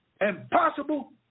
Impossible